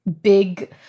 big